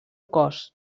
cos